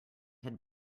had